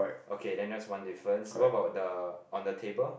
okay then that's one difference what about the on the table